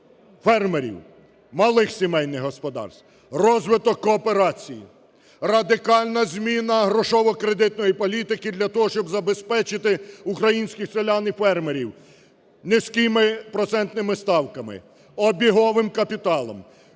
фермерів, малих сімейних господарств – розвиток кооперації, радикальна зміна грошово-кредитної політики для того, щоб забезпечити українських селян і фермерів низькими процентними ставками, обіговим капіталом,